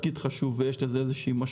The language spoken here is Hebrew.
תפקיד חשוב ויש לו משמעות,